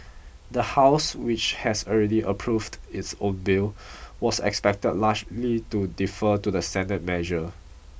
the house which has already approved its own bill was expected largely to defer to the senate measure